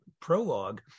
prologue